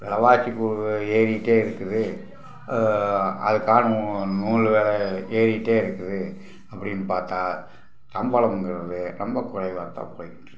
வெலைவாசி பு ஏறிக்கிட்டே இருக்குது அதுக்கானும் நூல் வெலை ஏறிக்கிட்டே இருக்குது அப்படின்னு பார்த்தா சம்பளம்ங்கிறது ரொம்ப குறைவாகத்தான் போயிக்கிட்டிருக்கு